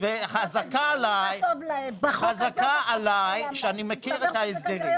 וחזקה עליי שאני מכיר את ההסדרים.